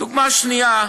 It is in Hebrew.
דוגמה שנייה,